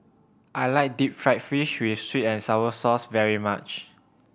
I like deep fried fish with sweet and sour sauce very much